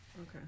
Okay